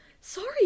Sorry